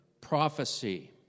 prophecy